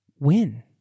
win